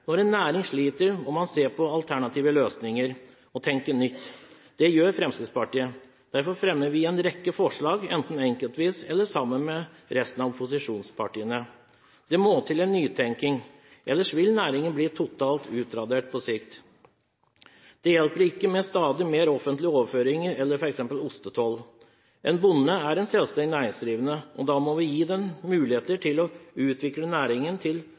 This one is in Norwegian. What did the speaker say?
Når en næring sliter, må man se på alternative løsninger og tenke nytt. Det gjør Fremskrittspartiet. Derfor fremmer vi en rekke forslag, enten alene eller sammen med resten av opposisjonspartiene. Det må til en nytenkning, ellers vil næringen bli totalt utradert på sikt. Det hjelper ikke med stadig mer offentlige overføringer eller f.eks. ostetoll. En bonde er en selvstendig næringsdrivende, og da må vi gi muligheter for å utvikle næringen,